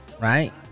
right